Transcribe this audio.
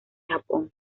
japón